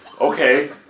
Okay